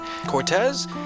Cortez